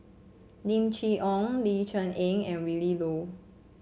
Lim Chee Onn Ling Cher Eng and Willin Low